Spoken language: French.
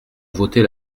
voter